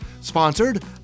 sponsored